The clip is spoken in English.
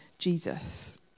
Jesus